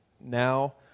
now